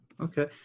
Okay